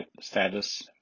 status